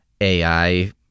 AI